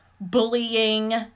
bullying